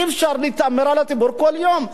אי-אפשר להתעמר בציבור כל יום.